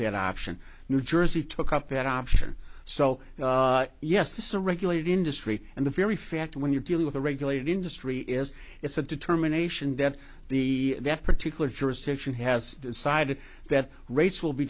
that option new jersey took up that option so yes this is a regulated industry and the very fact when you're dealing with a regulated industry is it's a determination that the that particular jurisdiction has decided that race will be